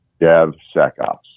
DevSecOps